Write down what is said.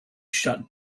shut